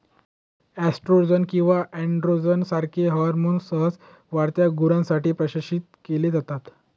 oestrogen किंवा androgen सारखे hormones सहसा वाढत्या गुरांसाठी प्रशासित केले जातात